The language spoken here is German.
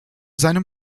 seinem